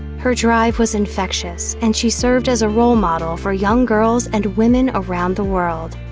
her drive was infectious, and she served as a role model for young girls, and women around the world.